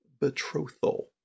betrothal